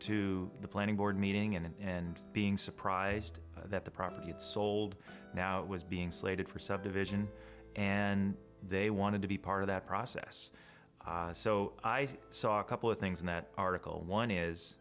to the planning board meeting and being surprised that the prosecutes sold now was being slated for subdivision and they wanted to be part of that process so i saw a couple of things in that article one is